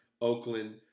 Oakland